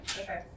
Okay